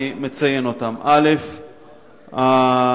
אני מציין אותם: המציעים,